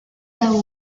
there